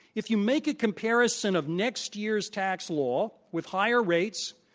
if you make a comparison of next year's tax law, with higher rates,